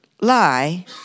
Lie